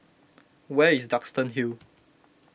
where is Duxton Hill